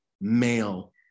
male